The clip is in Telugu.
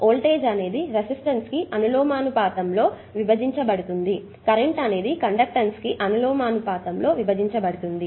వోల్టేజ్ అనేది రెసిస్టెన్స్ కి అనులోమానుపాతంలో విభజించబడుతుంది కరెంట్ అనేది కండక్టెన్స్ కి అనులోమానుపాతంలో విభజించబడుతుంది